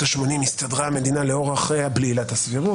ה-80 הסתדרה המדינה בלי עילת הסבירות.